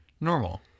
normal